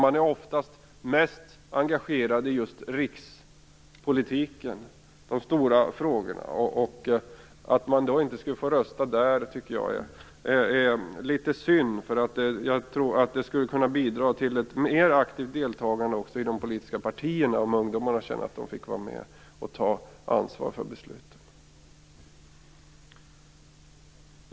Man är oftast mest engagerad i just rikspolitiken, de stora frågorna. Att man då inte skulle få rösta i riksdagsvalet tycker jag är litet synd. Jag tror att det skulle kunna bidra till ett mer aktivt deltagande också i de politiska partierna om ungdomarna kände att de fick vara med och ta ansvar för besluten.